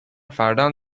فرداهم